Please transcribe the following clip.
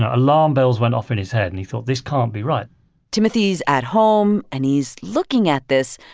ah alarm bells went off in his head. and he thought, this can't be right timothy's at home, and he's looking at this.